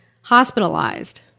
hospitalized